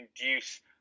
induce